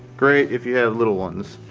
great if you have little ones,